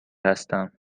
هستم